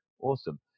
awesome